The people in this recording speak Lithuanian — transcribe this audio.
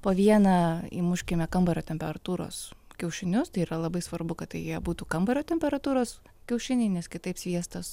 po vieną įmuškime kambario temperatūros kiaušinius tai yra labai svarbu kad jie būtų kambario temperatūros kiaušiniai nes kitaip sviestas